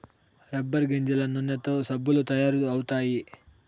rubber గింజల నూనెతో సబ్బులు తయారు అవుతాయి